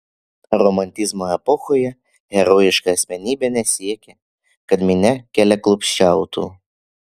romantizmo epochoje herojiška asmenybė nesiekė kad minia keliaklupsčiautų